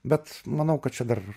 bet manau kad čia dar